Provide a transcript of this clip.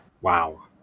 Wow